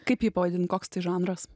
kaip jį pavadinti koks tai žanras